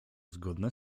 zgodne